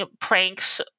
pranks